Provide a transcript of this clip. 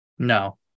No